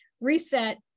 reset